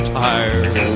tired